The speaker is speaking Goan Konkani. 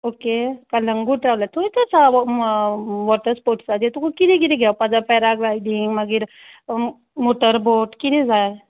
ओके कलंगूट रावल्या थंयच आसा वॉटर स्पोर्टसाचे तुका कितें कितें घेवपा जाय पॅराग्लायडींग मागीर मोटरबोट कितें जाय